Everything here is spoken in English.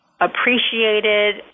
appreciated